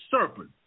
serpent